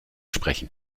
sprechen